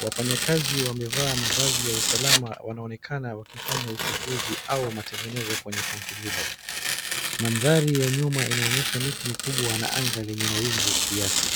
Wafanyikazi wamevaa mavazi ya usalama wanaokena wakifanya ukaguzi au matengezo kwenye tanki hilo. Mandari ya nyuma inaonyesha miti mikubwa na aga lenye mawingu kias.